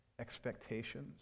expectations